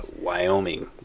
Wyoming